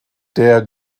der